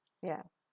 ya